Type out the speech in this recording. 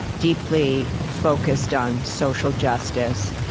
deeply focused on social justice.